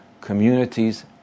communities